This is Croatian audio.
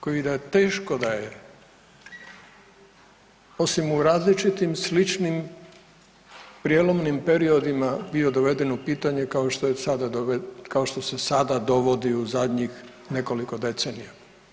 Koji teško da je osim u različitim, sličnim, prijelomnima periodima bio doveden u pitanje kao što se sada dovodi u zadnjih nekoliko decenija.